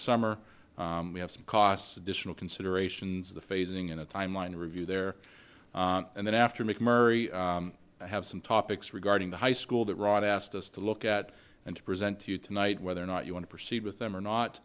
summer we have some costs additional considerations the phasing in a timeline review there and then after mcmurry have some topics regarding the high school that rod asked us to look at and to present to you tonight whether or not you want to proceed with them or not